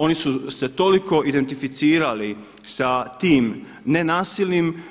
Oni su se toliko identificirali sa tim nenasilnim